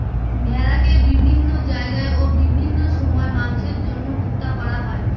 ভেড়াকে বিভিন্ন জায়গায় ও বিভিন্ন সময় মাংসের জন্য হত্যা করা হয়